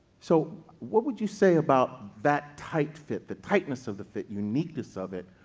so, what would you say about that type-fit, the tightness of the fit, uniqueness of it,